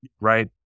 right